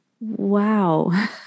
Wow